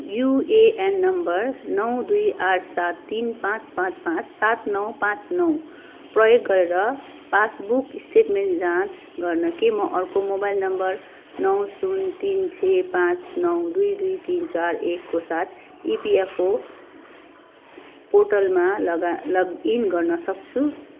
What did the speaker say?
UAN number नौ दुई आठ सात तिन पाँच पाँच पाँच सात नौ पाँच नौ प्रयोग गरेर पासबुक स्टेटमेन्ट जाँच गर्न के म अर्को मोबाइल नम्बर नौ शून्य तिन छे पाँच नौ दुई दुई तिन चार एकको साथ इपिएफओ पोर्टलमा लगा लगइन गर्नसक्छु